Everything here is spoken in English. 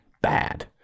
Bad